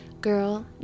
Girl